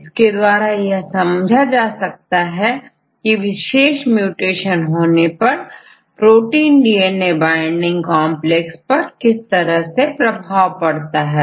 इसके द्वारा यह समझा जा सकता है की विशेष म्यूटेशन होने पर प्रोटीन डीएनए बाइंडिंग कॉन्प्लेक्स पर किस तरह का प्रभाव पड़ रहा है